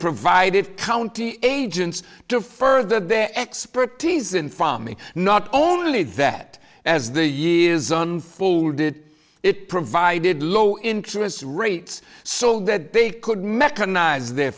provided county agents to further their expertise and from not only that as the years on full did it provided low interest rates so that they could mechanize their